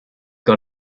got